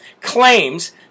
claims